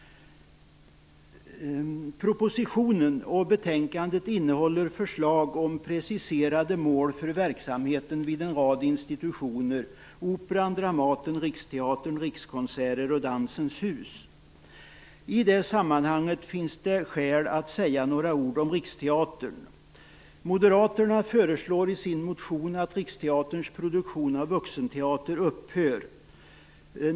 Propositionen och betänkandet innehåller förslag om preciserade mål för verksamheten vid en rad institutioner: Operan, Dramaten, Riksteatern, Rikskonserter och Dansens Hus. I det sammanhanget finns det skäl att säga några ord om Riksteatern. Moderaterna föreslår i sin motion att Riksteaterns produktion av vuxenteater upphör.